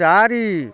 ଚାରି